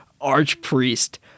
Archpriest